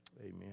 Amen